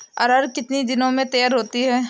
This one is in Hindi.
अरहर कितनी दिन में तैयार होती है?